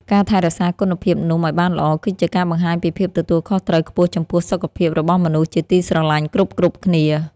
ការថែរក្សាគុណភាពនំឱ្យបានល្អគឺជាការបង្ហាញពីភាពទទួលខុសត្រូវខ្ពស់ចំពោះសុខភាពរបស់មនុស្សជាទីស្រឡាញ់គ្រប់ៗគ្នា។